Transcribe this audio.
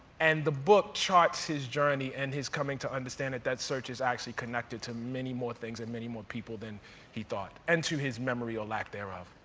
and the book charts his journey and his coming to understand that that search is actually connected to many more things and many more people than he thought, and to his memory, or lack thereof.